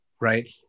Right